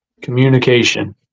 communication